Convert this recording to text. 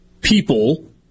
people